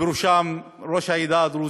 ובראשם את ראש העדה הדרוזית,